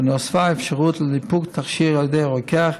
ונוספה אפשרות לניפוק תכשיר על ידי רוקח